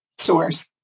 source